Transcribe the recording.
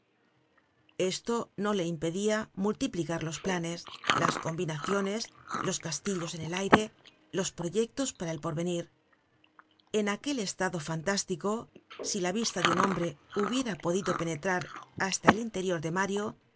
esto no le impedia multiplicar los planes las combinaciones los castillos en el aire los proyectos para el porvenir en aquel estado fantástico si la vista de un hombre hubiera podido penetrar hasta el interior de mario